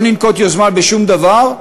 לא לנקוט יוזמה בשום דבר,